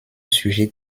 sujet